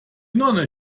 nonne